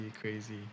crazy